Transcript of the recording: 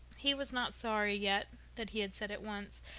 he was not sorry yet that he had said it once,